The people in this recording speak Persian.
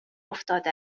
افتاده